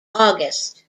august